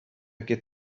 get